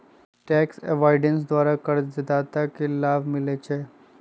tax avoidance द्वारा करदाता के लाभ मिलइ छै